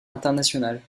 internationale